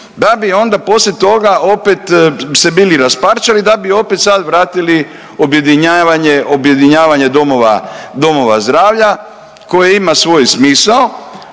da bi onda poslije toga opet se bili rasparčali, da bi opet sad vratili objedinjavanje domova zdravlja koje ima svoj smisao.